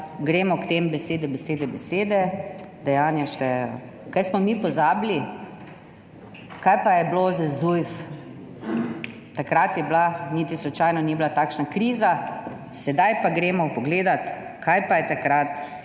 gremo k temu: besede, besede, besede, dejanja štejejo. Ali smo mi pozabili? Kaj pa je bilo z Zujfom? Takrat niti slučajno ni bila takšna kriza, sedaj pa gremo pogledat, kaj pa je takrat